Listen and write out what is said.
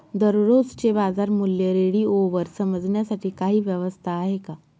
दररोजचे बाजारमूल्य रेडिओवर समजण्यासाठी काही व्यवस्था आहे का?